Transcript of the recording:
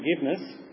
forgiveness